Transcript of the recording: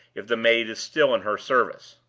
if the maid is still in her service.